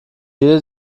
jede